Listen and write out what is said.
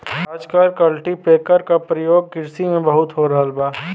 आजकल कल्टीपैकर के परियोग किरसी में बहुत हो रहल बा